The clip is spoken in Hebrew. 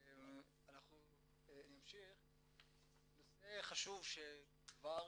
אנחנו נמשיך, נושא חשוב שכבר